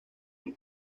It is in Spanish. del